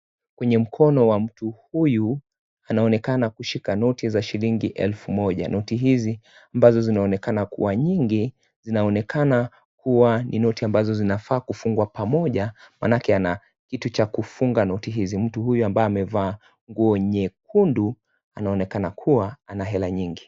Kwenye mkono wa mtu huyu anaonekana kushika noti za shilingi elfu moja. Noti hizi ambazo zinaonekana kuwa nyingi, zinaonekana kuwa ni noti ambazo zinafaa kufungwa pamoja manake ana kitu cha kufunga noti hizi. Mtu huyu ambaye amevaa nguo nyekundu anaoneka kuwa ana hela nyingi.